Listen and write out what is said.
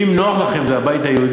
ואם נוח לכם עם זה, הבית היהודי,